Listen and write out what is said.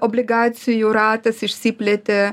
obligacijų ratas išsiplėtė